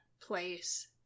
place